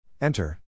Enter